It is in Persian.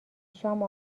شام